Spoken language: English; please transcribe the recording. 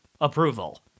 approval